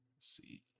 see